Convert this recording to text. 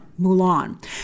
Mulan